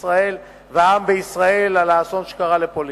ישראל והעם בישראל על האסון שקרה לפולין.